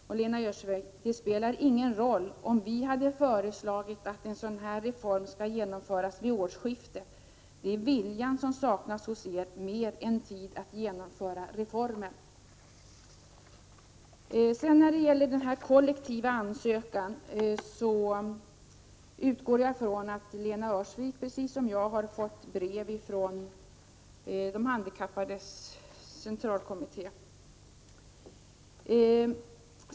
Lena Öhrsvik! Det spelar ingen roll om vi hade föreslagit att ett sådan här reform skulle genomföras vid årsskiftet. Det är mer viljan som saknas hos er än tid att genomföra reformen. Beträffande den kollektiva ansökan utgår jag ifrån att Lena Öhrsvik precis som jag har fått brev från Handikappförbundens centralkommitté.